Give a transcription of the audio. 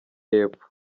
y’epfo